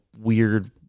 weird